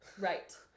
Right